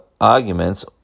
arguments